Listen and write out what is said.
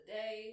day